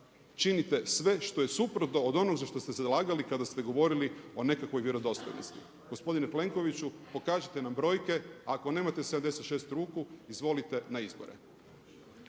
činite sve što je suprotno od onoga za što se zalagali kada ste govorili o nekakvoj vjerodostojnosti. Gospodine Plenkoviću, pokažite nam brojke, ako nemate 76 ruku izvolite na izbore.